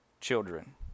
children